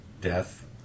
death